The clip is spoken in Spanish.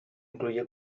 incluye